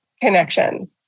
connection